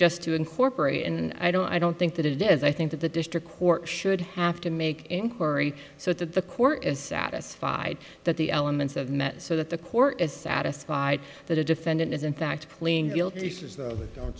just to incorporate and i don't i don't think that it is i think that the district court should have to make inquiry so that the court is satisfied that the elements have met so that the court is satisfied that a defendant is in fact